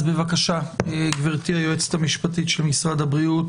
בבקשה, גבירתי היועצת המשפטית של משרד הבריאות.